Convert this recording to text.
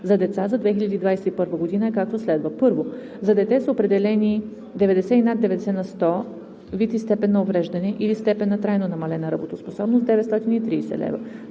за деца за 2021 г. е, както следва: 1. за дете с определени 90 и над 90 на сто вид и степен на увреждане или степен на трайно намалена работоспособност – 930 лв.;